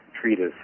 treatise